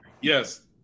Yes